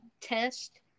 test